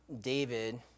David